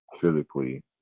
physically